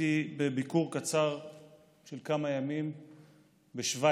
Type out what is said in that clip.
הייתי בביקור קצר של כמה ימים בשווייץ.